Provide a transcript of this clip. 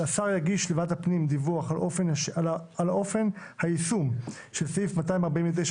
השר יגיש לוועדת הפנים דיווח על אופן היישום של סעיף 249(33)